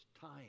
time